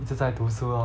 一直在读书 lor